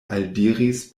aldiris